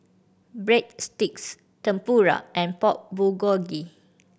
Breadsticks Tempura and Pork Bulgogi